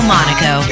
Monaco